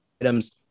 items